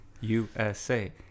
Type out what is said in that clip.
USA